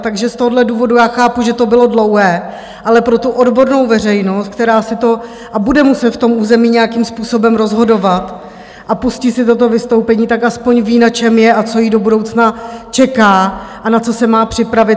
Takže z tohoto důvodu já chápu, že to bylo dlouhé, ale pro odbornou veřejnost, která bude muset v tom území nějakým způsobem rozhodovat, a pustí si toto vystoupení, aspoň ví, na čem je, co ji do budoucna čeká a na co se má připravit.